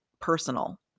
personal